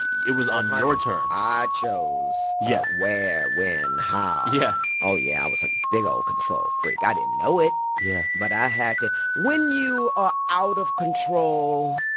it it was on your terms i chose the yeah where, when, how yeah oh, yeah, i was a big, old control freak. i didn't know it yeah but i had to when you are out of control